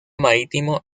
marítimo